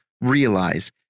realize